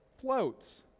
floats